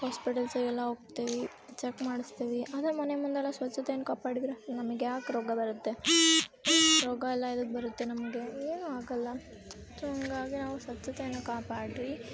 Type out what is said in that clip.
ಹಾಸ್ಪೆಟೆಲ್ಸಿಗೆಲ್ಲ ಹೋಗ್ತೇವೆ ಚಕ್ ಮಾಡಿಸ್ತೇವಿ ಅಂದ್ರೆ ಮನೆ ಮುಂದೆಲ್ಲ ಸ್ವಚ್ಛತೆಯನ್ನು ಕಾಪಾಡಿದ್ರೆ ನಮಗ್ಯಾಕೆ ರೋಗ ಬರುತ್ತೆ ರೋಗ ಎಲ್ಲ ಎಲ್ಲಿ ಬರುತ್ತೆ ನಮಗೆ ಏನೂ ಆಗೋಲ್ಲ ಸೊ ಹಾಗಾಗಿ ನಾವು ಸ್ವಚ್ಛತೆಯನ್ನು ಕಾಪಾಡಿರಿ